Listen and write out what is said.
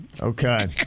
Okay